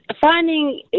finding